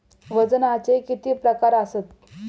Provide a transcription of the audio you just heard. वजनाचे किती प्रकार आसत?